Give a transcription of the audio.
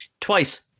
Twice